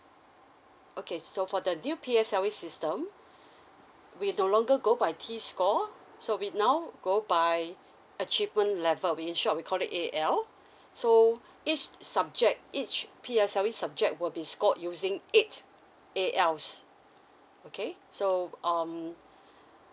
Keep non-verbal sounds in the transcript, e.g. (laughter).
okay so for the new P_S_L_E system (breath) we no longer go by T score so we now go by achievement level which in short we call it A_L (breath) so each subject each P_S_L_E subject will be scope using eight A_Ls okay so um